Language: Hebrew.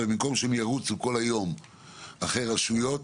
במקום שהם ירוצו כל היום אחרי רשויות